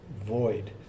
void